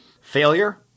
Failure